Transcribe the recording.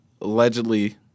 allegedly